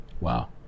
Wow